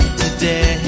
today